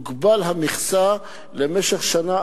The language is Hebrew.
הפנים ועדה בראשות שופט שתבדוק כל מקרה לגופו של עניין,